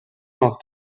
nach